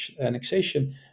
annexation